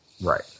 Right